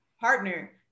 partner